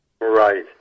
Right